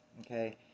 Okay